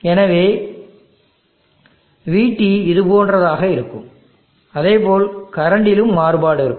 எனவே vT இது போன்றதாக இருக்கும் அதேபோல் கரண்ட்டிலும் மாறுபாடு இருக்கும்